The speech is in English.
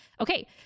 okay